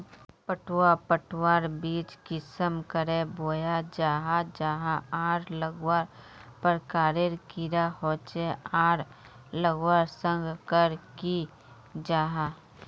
पटवा पटवार बीज कुंसम करे बोया जाहा जाहा आर लगवार प्रकारेर कैडा होचे आर लगवार संगकर की जाहा?